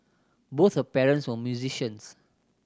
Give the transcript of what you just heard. both her parents were musicians